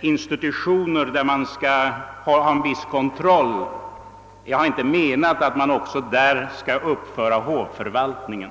institutioner, där man skall ha en viss kontroll, också uppför hovförvaltningen.